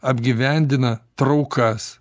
apgyvendina traukas